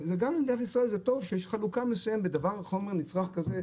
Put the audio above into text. ועם חומר נצרך כזה,